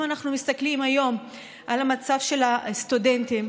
אם אנחנו מסתכלים היום על המצב של הסטודנטים,